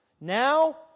Now